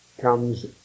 Comes